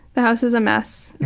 the house is a mess.